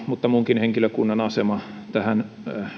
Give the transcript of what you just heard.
mutta muunkin henkilökunnan asema tähän